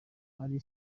ari